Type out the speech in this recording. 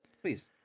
Please